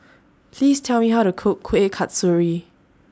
Please Tell Me How to Cook Kuih Kasturi